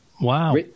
wow